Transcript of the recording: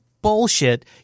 bullshit